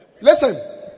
Listen